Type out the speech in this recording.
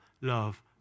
love